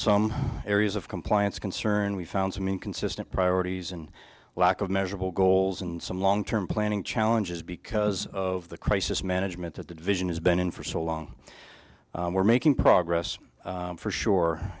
some areas of compliance concern we found some inconsistent priorities and lack of measurable goals and some long term planning challenges because of the crisis management that the division has been in for so long we're making progress for sure